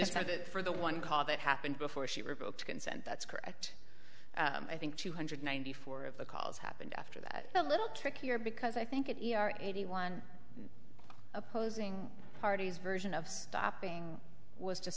just have it for the one call that happened before she revoked consent that's correct i think two hundred ninety four of the calls happened after that a little trickier because i think it eighty one opposing parties version of stopping was just